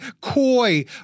coy